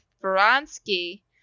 Vronsky